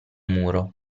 muro